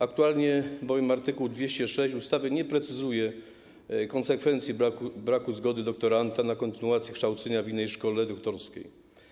Aktualnie bowiem art. 206 ustawy nie precyzuje konsekwencji braku zgody doktoranta na kontynuację kształcenia w innej szkole doktorskiej.